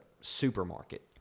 supermarket